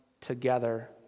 together